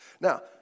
Now